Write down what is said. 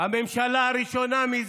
הממשלה הראשונה זה